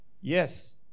Yes